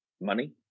money